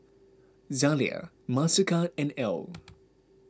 Zalia Mastercard and Elle